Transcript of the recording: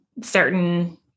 certain